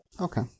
okay